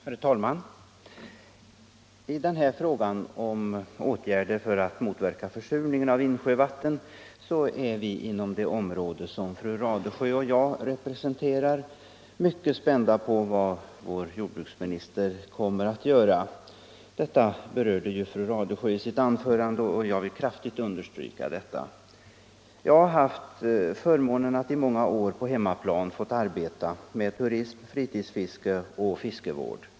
Herr talman! I den här frågan om åtgärder för att motverka försurningen av insjövatten är vi inom det område som fru Radesjö och jag representerar mycket spända på vad vår jordbruksminister kommer att göra. Jag vill instämma i vad fru Radesjö hade att säga i sitt anförande, och i vissa delar vill jag kraftigt understryka det. Jag har haft förmånen att i många år på hemmaplan få arbeta med turism, fritidsfiske och fiskevård.